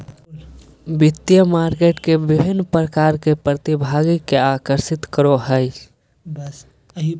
वित्तीय मार्केट विभिन्न प्रकार के प्रतिभागि के आकर्षित करो हइ